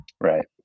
Right